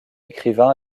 écrivain